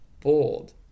bold